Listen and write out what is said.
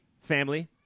family